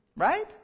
Right